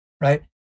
right